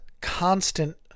constant